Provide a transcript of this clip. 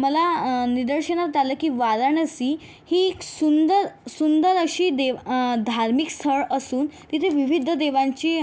मला निदर्शनास आलं की वाराणसी ही एक सुंदर सुंदर अशी देव धार्मिक स्थळ असून तिथे विविध देवांची